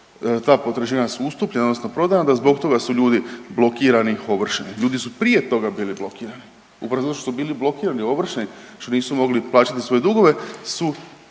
ta potraživanja su ustupljena odnosno prodana da zbog toga su ljudi blokirani i ovršeni. Ljudi su prije toga bili blokirani, upravo zato što su bili blokirani i ovršeni što nisu mogli plaćati svoje dugove su